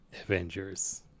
Avengers